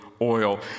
oil